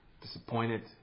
disappointed